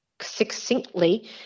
succinctly